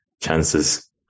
chances